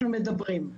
אנחנו מדברים.